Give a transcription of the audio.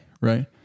Right